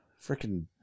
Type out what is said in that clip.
freaking